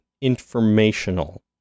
informational